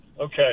Okay